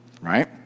right